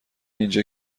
اینجا